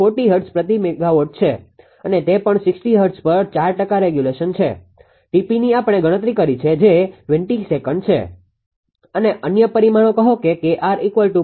40 hertz પ્રતિ megawatt છે અને તે પણ 60 હર્ટ્ઝ પર 4 ટકા રેગ્યુલેશન છે 𝑇𝑝 ની આપણે ગણતરી કરી છે જે 20 સેકન્ડ છે અને અન્ય પરિમાણો કહો કે 𝐾𝑟0